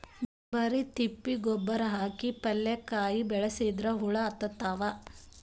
ಬರಿ ತಿಪ್ಪಿ ಗೊಬ್ಬರ ಹಾಕಿ ಪಲ್ಯಾಕಾಯಿ ಬೆಳಸಿದ್ರ ಹುಳ ಹತ್ತತಾವ?